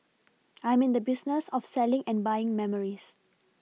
I'm in the business of selling and buying memories